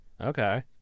Okay